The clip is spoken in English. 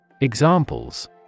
Examples